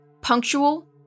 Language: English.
Punctual